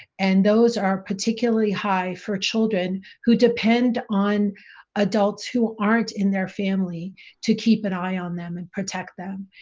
and those are particularly high for children who depend on adults who aren't in their family to keep an eye on them and protect them,